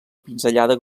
pinzellada